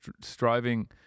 striving